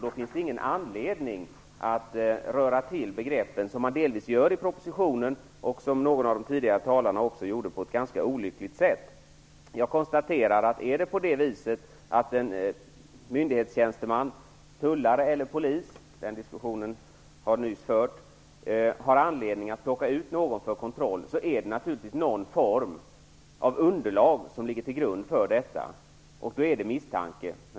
Då finns det ingen anledning att röra till begreppen, som man delvis gör i propositionen och som någon av de tidigare talarna gjorde på ett ganska olyckligt sätt. Om en myndighetstjänsteman, tullare eller polis, har anledning att plocka ut någon för kontroll finns det naturligtvis någon form av underlag för detta. Då är det misstanke.